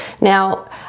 Now